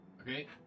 Okay